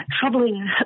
troubling